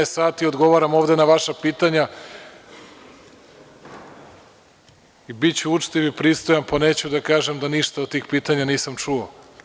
Trinaest sati odgovaram ovde na vaša pitanja i biću učtiv i pristojan, pa neću da kažem da ništa od tih pitanja nisam čuo.